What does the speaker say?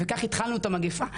וכך התחלנו את המגיפה.